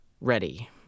ready